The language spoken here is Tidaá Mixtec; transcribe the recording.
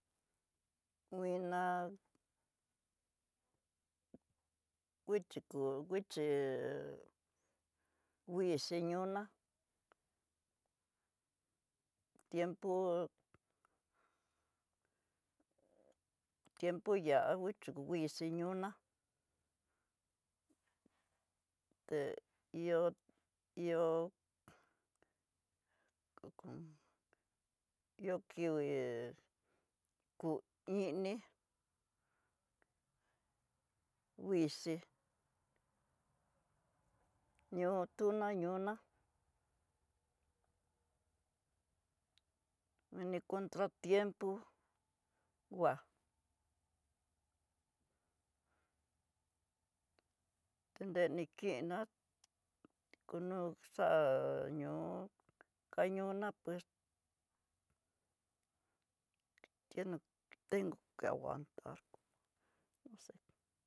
Kuina nguchiko nguché wuii señoná tiempo tiempo yakuixi wuii señona, té ihó ihó ko kón ihó kiongue kú ini, nguixi, ñóo yuna ñoná, mini contratiempo uhá, tá nreni kiná kono xá'a ñoó kañona pues teño tengo ke aguantar.